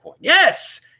Yes